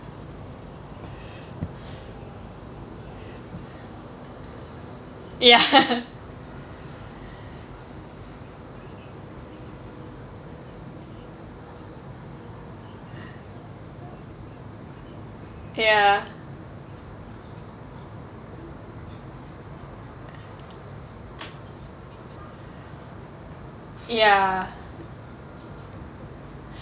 ya ya ya